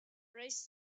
braced